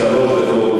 שלוש דקות.